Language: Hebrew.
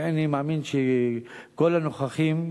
ואני מאמין שכל הנוכחים,